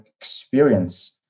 experience